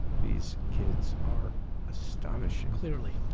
these kids are astonishing. clearly.